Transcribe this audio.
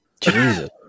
Jesus